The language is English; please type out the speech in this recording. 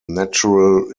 natural